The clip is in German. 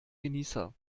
genießer